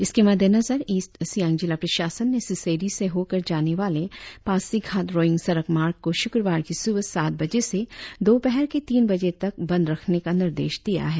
इसके मद्देनजर ईस्ट सियांग जिला प्रशासन ने सिस्सेड़ी से होकर जाने वाले पासीघाट रोईंग सड़क मार्ग को शुक्रवार की सुबह सात बजे से दोपहर के तीन बजे तक बंद रखने का निर्देश दिया है